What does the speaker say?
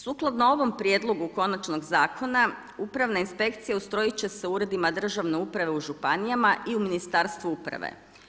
Sukladno ovom prijedlogu konačnog zakona Upravna inspekcija ustrojit će se u Uredima državne uprave u županijama i u Ministarstvu uprave.